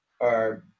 are-